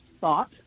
thought